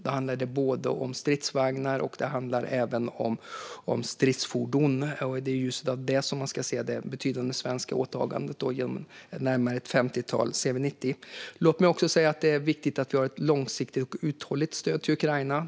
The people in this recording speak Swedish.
Det handlar om både stridsvagnar och stridsfordon. Det är i ljuset av detta som man ska se det betydande svenska åtagandet med närmare ett femtiotal CV90. Låt mig också säga att det är viktigt med ett långsiktigt och uthålligt stöd till Ukraina.